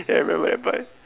eh I remember that part